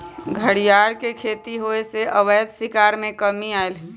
घरियार के खेती होयसे अवैध शिकार में कम्मि अलइ ह